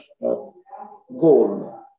goal